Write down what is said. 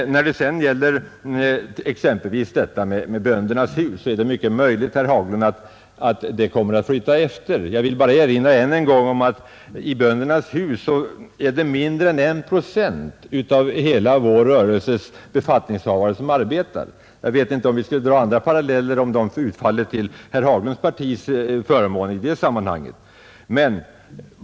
När det sedan gäller exempelvis Böndernas hus är det mycket möjligt, herr Haglund, att det kommer att flytta efter. Jag vill bara än en gång erinra om att i Böndernas hus är det mindre än 1 procent av jordbruksorganisationernas befattningshavare som arbetar. Om vi drar paralleller i sammanhanget, vet jag inte om de utfaller till herr Haglunds partis förmån.